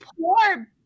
poor